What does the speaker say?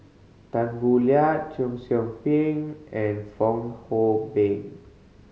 Tan Boo Liat Cheong Soo Pieng and Fong Hoe Beng